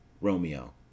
Romeo